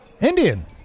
Indian